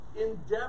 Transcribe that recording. in-depth